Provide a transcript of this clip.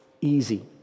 easy